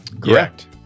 Correct